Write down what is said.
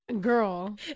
Girl